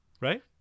right